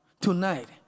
Tonight